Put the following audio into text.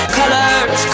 colors